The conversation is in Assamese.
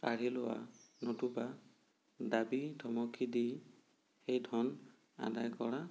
কাঢ়ি লোৱা নতুবা দাবি ধমকি দি সেই ধন আদায় কৰা